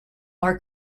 are